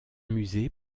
musée